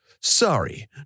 sorry